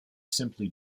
simply